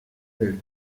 del